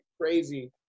Crazy